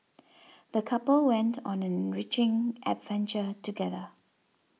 the couple went on an enriching adventure together